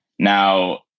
Now